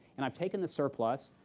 and i've taken the surplus,